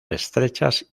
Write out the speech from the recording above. estrechas